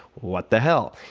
what the hell?